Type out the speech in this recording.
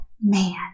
Man